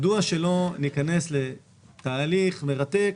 מדוע שלא ניכנס לתהליך מרתק